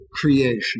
creation